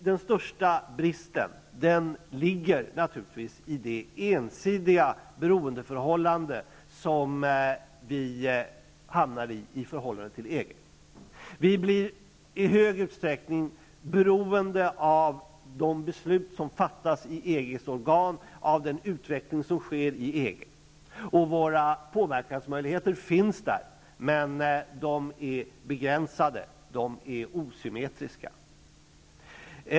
Den största bristen ligger naturligtvis i det ensidiga beroendeförhållade gentemot EG som vi hamnar i. Vi blir i hög utsträckning beroende av de beslut som fattas i EG:s organ och av den utveckling som sker i EG. Våra påverkansmöjligheter finns där, men de är begränsade och osymmetriska.